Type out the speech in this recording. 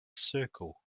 circle